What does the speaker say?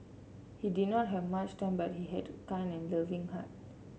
he did not have much time but he had a kind and loving heart